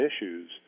issues